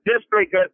district